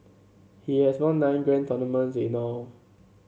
he has won nine grand tournaments in all